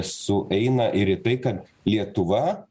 sueina ir taiką lietuva